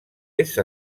est